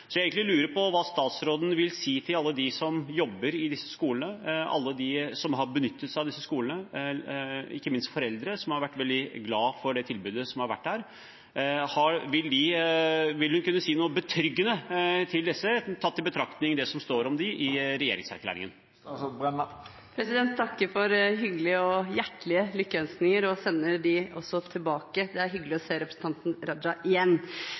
disse skolene, alle dem som har benyttet seg av disse skolene, og ikke minst foreldre som har vært veldig glad for det tilbudet som har vært der. Vil hun kunne si noe betryggende til disse, tatt i betraktning det som står om dem i regjeringserklæringen? Jeg takker for hyggelige og hjertelige lykkeønskninger, og jeg sender dem også tilbake. Det er hyggelig å se representanten Raja igjen.